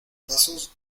pasos